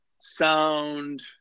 sound